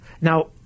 Now